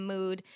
Mood